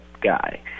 guy